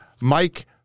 Mike